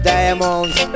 Diamonds